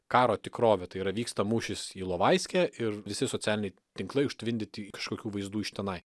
karo tikrovę tai yra vyksta mūšis ilovaiske ir visi socialiniai tinklai užtvindyti kažkokių vaizdų iš tenai